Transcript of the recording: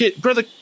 Brother